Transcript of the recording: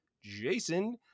Jason